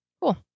cool